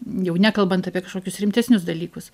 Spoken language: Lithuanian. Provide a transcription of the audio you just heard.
jau nekalbant apie kažkokius rimtesnius dalykus